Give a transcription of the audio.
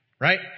right